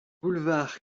boulevard